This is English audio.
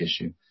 issue